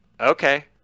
okay